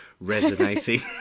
resonating